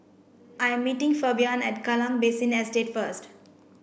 I'm meeting Fabian at Kallang Basin Estate first